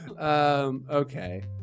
okay